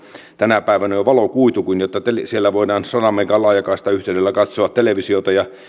tänä päivänä jo valokuitukin jotta siellä voidaan sadan megan laajakaistayhteydellä katsoa televisiota ja